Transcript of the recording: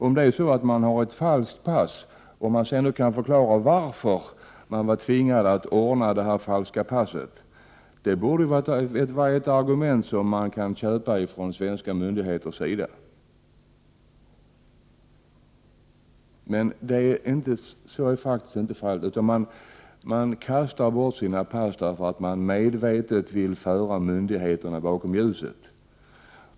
Om det är så att man har ett falskt pass och sedan kan förklara varför man var tvingad att ordna det falska passet borde det vara ett argument som man kan köpa från svenska myndigheters sida. Men så är faktiskt inte fallet. Man kastar bort sina pass därför att man medvetet vill föra myndigheterna bakom ljuset.